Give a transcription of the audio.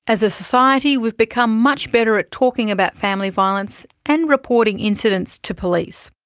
as a society we've become much better at talking about family violence and reporting incidents to police.